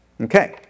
Okay